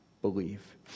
believe